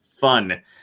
fun